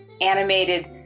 animated